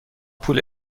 پول